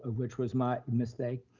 which was my mistake.